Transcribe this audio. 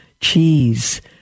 cheese